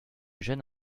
jeune